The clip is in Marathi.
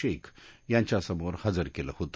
शेख याच्यासमोर हजर केलं होत